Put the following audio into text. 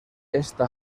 esta